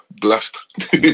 blessed